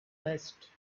best